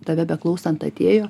tave beklausant atėjo